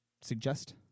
suggest